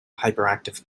hyperactive